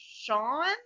Sean